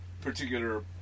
particular